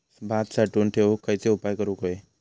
भात साठवून ठेवूक खयचे उपाय करूक व्हये?